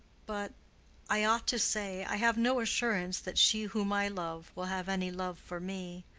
but i ought to say, i have no assurance that she whom i love will have any love for me.